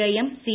IM C